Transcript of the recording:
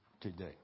today